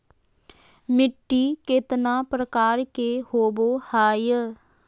मिट्टी केतना प्रकार के होबो हाय?